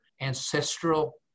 ancestral